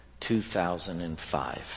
2005